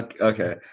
Okay